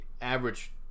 average